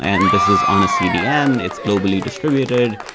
and this is on a cdn. it's globally distributed.